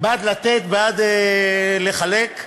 בעד לתת, בעד לחלק.